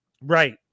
Right